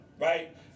right